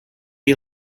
you